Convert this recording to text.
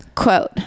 quote